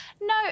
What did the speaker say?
no